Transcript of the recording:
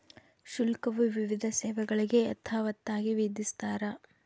ಶುಲ್ಕವು ವಿವಿಧ ಸೇವೆಗಳಿಗೆ ಯಥಾವತ್ತಾಗಿ ವಿಧಿಸ್ತಾರ